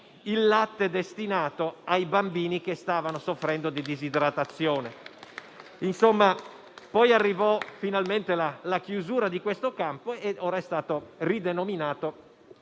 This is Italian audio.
il latte destinato ai bambini che stavano soffrendo di disidratazione. Arrivò quindi finalmente la chiusura di questo campo, che ora è stato denominato